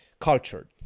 cultured